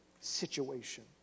situation